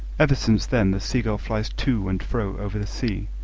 ever since then the seagull flies to and fro over the sea,